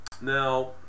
Now